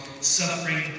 suffering